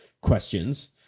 questions